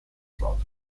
slot